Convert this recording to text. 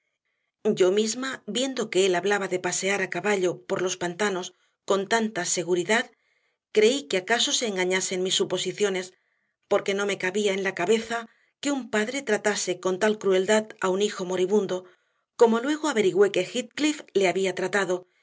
yo misma viendo que él hablaba de pasear a caballo por los pantanos con tanta seguridad creí que acaso se engañasen mis suposiciones porque no me cabía en la cabeza que un padre tratase con tal crueldad a un hijo moribundo como luego averigüé que heathcliff le había tratado